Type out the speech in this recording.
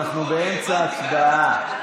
אנחנו באמצע ההצבעה.